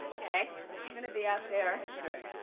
okay, i'm gonna be out there. okay.